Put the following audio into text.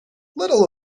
little